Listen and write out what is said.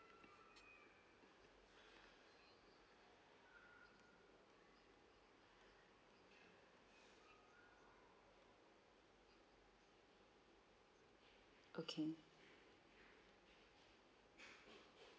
okay